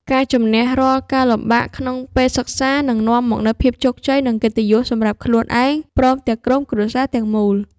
ការជម្នះរាល់ការលំបាកក្នុងពេលសិក្សានឹងនាំមកនូវភាពជោគជ័យ និង កិត្តិយសសម្រាប់ខ្លួនឯងព្រមទាំងក្រុមគ្រួសារទាំងមូល។